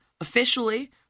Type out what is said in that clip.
officially